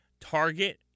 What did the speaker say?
target